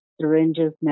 syringes